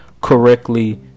correctly